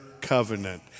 covenant